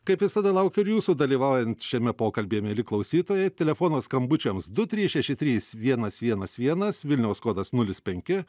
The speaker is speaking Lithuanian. kaip visada laukiu ir jūsų dalyvaujant šiame pokalbyje mieli klausytojai telefono skambučiams du trys šeši trys vienas vienas vienas vilniaus kodas nulis penki